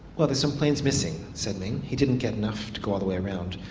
well there's some planes missing, said ming. he didn't get enough to go all the way around.